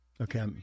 Okay